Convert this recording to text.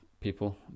people